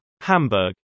Hamburg